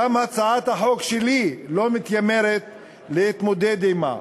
וגם הצעת החוק שלי לא מתיימרת להתמודד עמה,